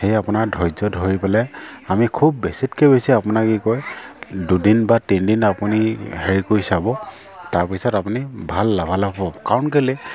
সেয়ে আপোনাৰ ধৈৰ্য ধৰি পেলাই আমি খুব বেছিতকৈ বেছি আপোনাৰ কি কয় দুদিন বা তিনদিন আপুনি হেৰি কৰি চাব তাৰপিছত আপুনি ভাল লাভালাভ হ'ব কাৰণ কেলৈ